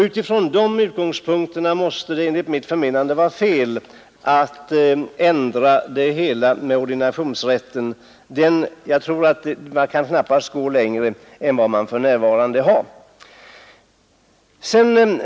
Utifrån dessa utgångspunkter måste det enligt mitt förmenande vara fel att ändra ordinationsrätten. Jag tror att man knappast kan gå längre än man för närvarande gör.